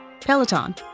Peloton